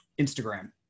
Instagram